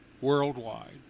Worldwide